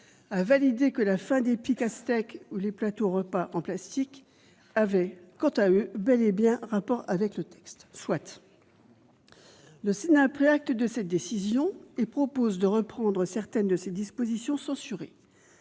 a validé que la fin des pics à steak ou des plateaux-repas en plastique avaient, quant à eux, bel et bien un rapport avec le texte ... Soit ! Bonne remarque ! Le Sénat a pris acte de cette décision et propose de reprendre certaines des dispositions censurées.